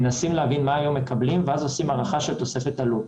מנסים להבין מה מקבלים היום ואז עושים הערכה של תוספת עלות.